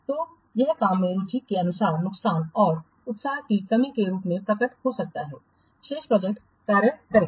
तो यह काम में रुचि के सामान्य नुकसान और उत्साह की कमी के रूप में प्रकट हो सकता है शेष प्रोजेक्ट कार्य करें